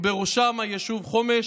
ובראשם היישוב חומש,